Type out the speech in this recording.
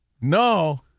no